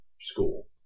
school